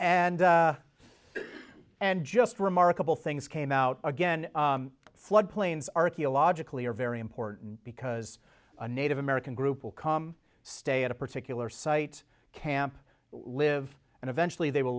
and and just remarkable things came out again floodplains archaeologically are very important because a native american group will come stay at a particular site camp live and eventually they will